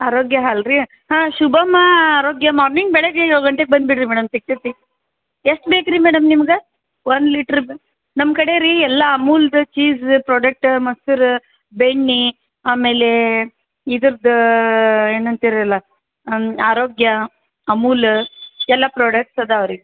ಆರೋಗ್ಯ ಹಾಲು ರೀ ಹಾಂ ಶುಭಂ ಆರೋಗ್ಯ ಮಾರ್ನಿಂಗ್ ಬೆಳಿಗ್ಗೆ ಏಳು ಗಂಟೆಗೆ ಬಂದುಬಿಡ್ರಿ ಮೇಡಮ್ ಸಿಗ್ತೈತಿ ಎಷ್ಟು ಬೇಕು ರೀ ಮೇಡಮ್ ನಿಮ್ಗೆ ಒಂದು ಲೀಟ್ರ್ದ್ದು ನಮ್ಮ ಕಡೆ ರೀ ಎಲ್ಲ ಅಮೂಲ್ದು ಚೀಸ್ ಪ್ರೊಡಕ್ಟ್ ಮೊಸ್ರು ಬೆಣ್ಣೆ ಆಮೇಲೆ ಇದರ್ದು ಏನಂತೀರಲ್ಲ ಅನ್ ಆರೋಗ್ಯ ಅಮೂಲ್ ಎಲ್ಲ ಪ್ರಾಡಕ್ಟ್ಸ್ ಇದಾವ್ ರೀ